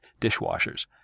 dishwashers